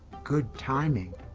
good timing.